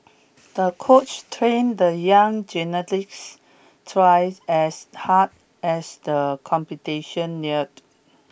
the coach trained the young gymnast twice as hard as the competition neared